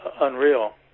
unreal